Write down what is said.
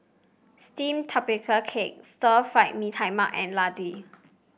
steamed Tapioca Cake Stir Fried Mee Tai Mak and Laddu